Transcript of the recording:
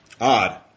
Odd